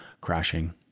crashing